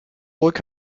ruhig